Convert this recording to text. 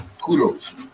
kudos